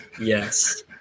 yes